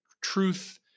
truth